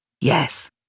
Yes